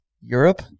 europe